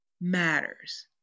matters